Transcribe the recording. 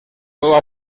nueva